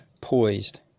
poised